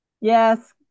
Yes